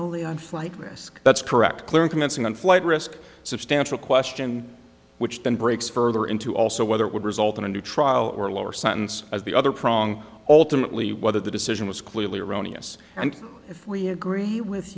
only on flight risk that's correct clearing commencing on flight risk substantial question which then breaks further into also whether it would result in a new trial or lower sentence as the other prong ultimately whether the decision was clearly erroneous and if we agree with